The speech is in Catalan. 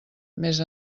més